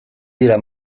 dira